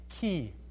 key